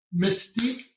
mystique